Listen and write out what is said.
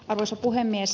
arvoisa puhemies